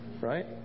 right